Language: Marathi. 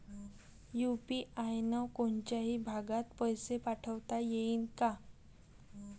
यू.पी.आय न कोनच्याही भागात पैसे पाठवता येईन का?